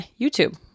youtube